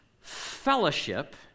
fellowship